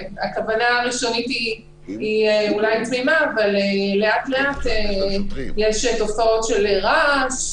הכוונה הראשונית היא אולי תמימה אבל לאט לאט יש תופעות של רעש,